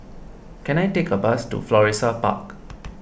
can I take a bus to Florissa Park